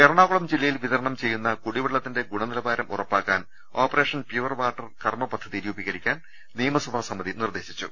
എറണാകുളം ജില്ലയിൽ വിതരണം ചെയ്യുന്ന കുടിവെള്ളത്തിന്റെ ഗുണനിലവാരം ഉറപ്പാക്കാൻ ഓപ്പറേഷൻ പ്യുവർ വാട്ടർ കർമ്മ പദ്ധതി രൂപീകരിക്കാൻ നിയമസഭാ സമിതി നിർദ്ദേശിച്ചു